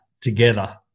together